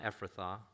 Ephrathah